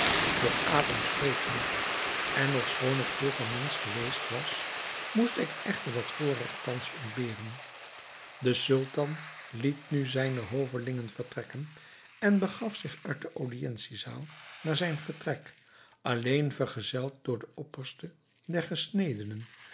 doch apen spreken niet en ofschoon ik vroeger mensch geweest was moest ik echter dat voorregt thans ontberen de sultan liet nu zijne hovelingen vertrekken en begaf zich uit de audientie zaal naar zijn vertrek alleen vergezeld door den opperste der